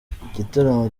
igitaramo